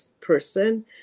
person